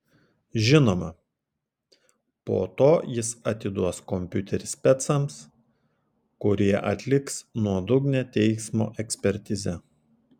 žinoma po to jis atiduos kompiuterį specams kurie atliks nuodugnią teismo ekspertizę